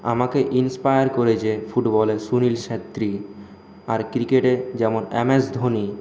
আমাকে ইনস্পায়ার করেছে ফুটবলে সুনীল ছেত্রী আর ক্রিকেটে যেমন এমএস ধোনি